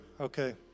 Okay